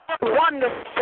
wonderful